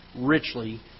richly